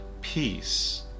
peace